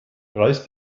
reiß